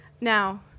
now